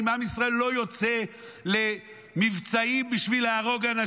עם ישראל לא יוצא למבצעים בשביל להרוג אנשים,